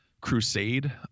crusade